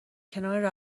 کنار